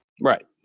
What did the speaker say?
Right